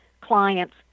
clients